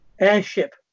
airship